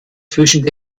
zwischen